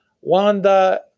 Wanda